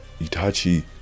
Itachi